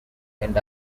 and